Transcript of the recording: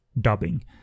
dubbing